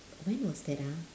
when was that ah